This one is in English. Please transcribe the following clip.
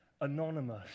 anonymous